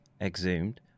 exhumed